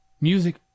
Music